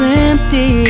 empty